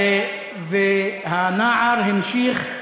והנער המשיך,